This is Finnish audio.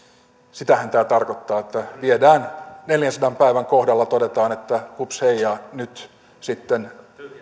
sitähän tämä tarkoittaa että viedään neljänsadan päivän kohdalla todetaan että hupsheijaa nyt sitten